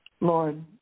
Lord